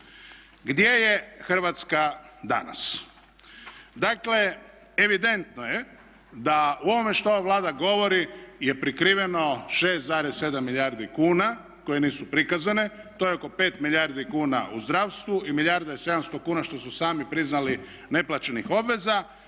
gdje je Hrvatska danas? Dakle, evidentno je da u ovome što ova Vlada govori je prikriveno 6,7 milijardi kuna koje nisu prikazane. To je oko 5 milijardi kuna u zdravstvu i milijarda i 700 kuna što su sami priznali neplaćenih obveza.